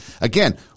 again